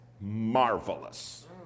marvelous